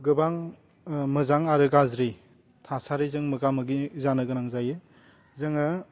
गोबां मोजां आरो गाज्रि थासारिजों मोगा मोगि जानो गोनां जायो जोङो